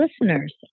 listeners